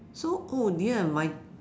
so oh dear my